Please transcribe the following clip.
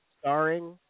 starring